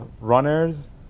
runners